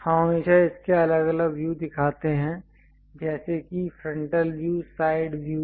हम हमेशा इसके अलग अलग व्यू दिखाते हैं जैसे कि फ्रंटल व्यू और साइड व्यूज